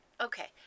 Okay